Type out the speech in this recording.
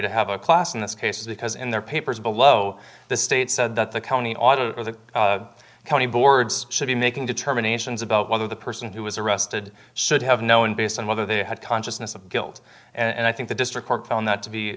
to have a class in this case because in their papers below the state said that the county ought to county boards should be making determinations about whether the person who was arrested should have known based on whether they had consciousness of guilt and i think the district court found that to be